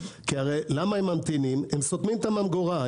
הם ממתינים כי הם סותמים את הממגורה.